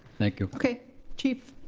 thank you. okay chief.